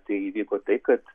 tai įvyko tai kad